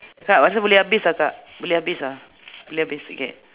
kak rasa boleh habis ah kak boleh habis ah boleh habis okay